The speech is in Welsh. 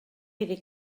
iddi